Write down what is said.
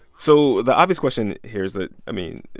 so the obvious question here is that, i mean,